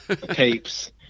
Tapes